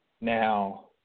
Now